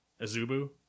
Azubu